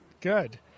Good